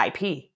IP